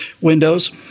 windows